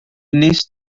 wnest